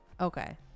okay